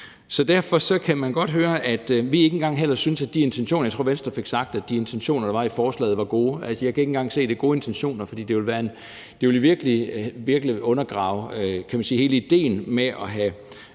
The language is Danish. Derfor kan man godt høre, at vi ikke engang heller synes, at de intentioner, der er i forslaget, er gode. Jeg tror, Venstre fik sagt, at de intentioner, der er i forslaget, er gode. Altså, jeg kan ikke engang se, at det er gode intentioner, for det vil virkelig undergrave hele idéen med at have